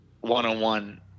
one-on-one